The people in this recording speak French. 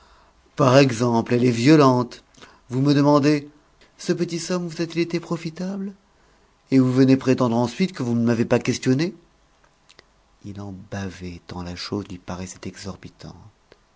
par exemple elle est violente vous me demandez ce petit somme vous a-t-il été profitable et vous venez prétendre ensuite que vous ne m'avez pas questionné il en bavait tant la chose lui paraissait exorbitante